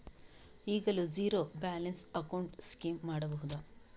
ಈಗಲೂ zero balance account scheme ಮಾಡಬಹುದಾ?